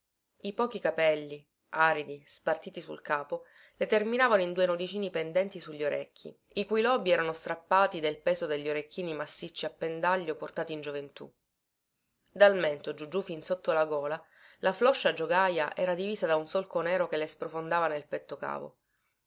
i pochi capelli aridi spartiti sul capo le terminavano in due nodicini pendenti su gli orecchi i cui lobi erano strappati del peso degli orecchini massicci a pendaglio portati in gioventù dal mento giù giù fin sotto la gola la floscia giogaja era divisa da un solco nero che le sprofondava nel petto cavo